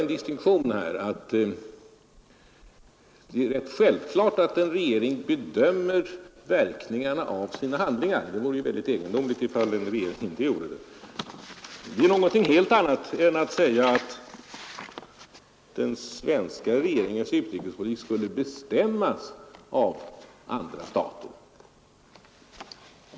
ken Vietnam med Det är rätt självklart att en regering bedömer verkningarna av sina anledning av över handlingar — det vore egendomligt om en regering inte gjorde det. Men svämningar det är något helt annat än att säga att den svenska regeringens utrikespoli tik skulle bestämmas av andra stater.